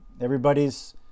Everybody's